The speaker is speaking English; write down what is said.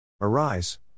Arise